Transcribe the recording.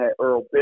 Earl